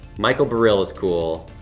michael barill is cool.